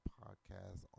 podcast